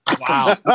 Wow